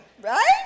Right